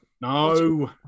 No